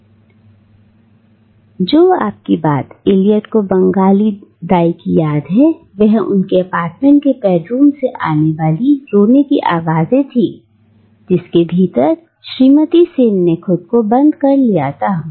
और जो आपकी बात इलियट को अपनी बंगाली दाई की याद है वह उनकी अपार्टमेंट के बेडरूम से आने वाली रोने की आवाजें थी जिसके भीतर श्रीमती सेन ने खुद को बंद कर लिया था